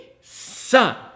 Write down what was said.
Son